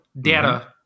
data